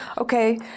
Okay